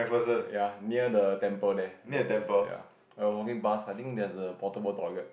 ya near the temple there there's this ya I was walking past I think there's a portable toilet